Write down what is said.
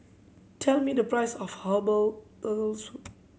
tell me the price of herbal Turtle Soup